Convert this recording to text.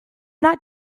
not